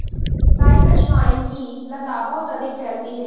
Cyprus vine की लता बहुत अधिक फैलती है